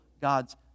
God's